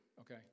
okay